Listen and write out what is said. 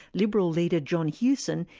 liberal leader, john hewson,